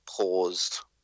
paused